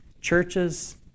churches